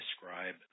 describe